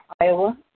Iowa